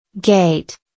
Gate